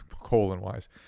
colon-wise